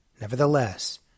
Nevertheless